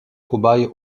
cobaye